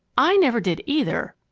i never did, either.